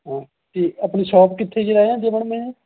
ਹਾਂ ਠੀਕ ਆਪਣੀ ਸ਼ੌਪ ਕਿੱਥੇ ਜੇ ਰਹਿ ਜਾਂਦੀ ਮੈਡਮ ਇਹ